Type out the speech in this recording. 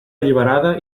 alliberada